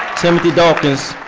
timothy dawkins,